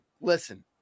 listen